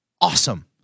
awesome